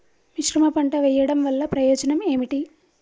మిశ్రమ పంట వెయ్యడం వల్ల ప్రయోజనం ఏమిటి?